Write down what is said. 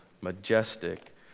majestic